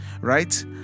Right